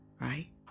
right